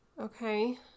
Okay